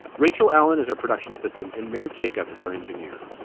rachel allen is our production assistant in marriage. jacob is our engineer.